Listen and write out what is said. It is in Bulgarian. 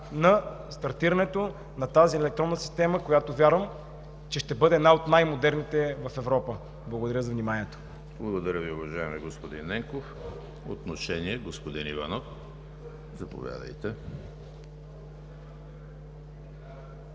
на стартирането на тази електронна система, която, вярвам, че ще бъде една от най-модерните в Европа. Благодаря за вниманието. ПРЕДСЕДАТЕЛ ЕМИЛ ХРИСТОВ: Благодаря Ви, уважаеми господин Ненков. За отношение – господин Иванов, заповядайте.